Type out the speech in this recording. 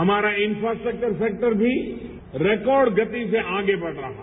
हमारा infrastructure sector भी record गति से आगे बढ़ रहा है